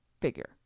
figure